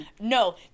no